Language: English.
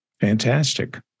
Fantastic